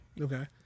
Okay